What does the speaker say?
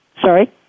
Sorry